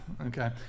Okay